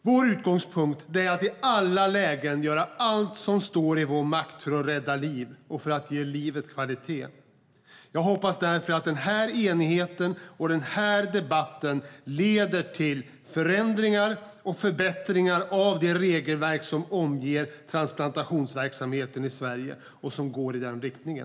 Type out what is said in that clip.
Vår utgångspunkt är att vi i alla lägen gör allt som står i vår makt för att rädda liv och för att ge livet kvalitet. Jag hoppas därför att denna enighet och denna debatt leder till förändringar och förbättringar av det regelverk som omger transplantationsverksamheten i Sverige går i den riktningen.